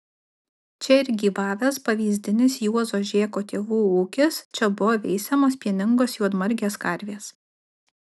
čia ir gyvavęs pavyzdinis juozo žėko tėvų ūkis čia buvo veisiamos pieningos juodmargės karvės